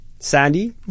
sandy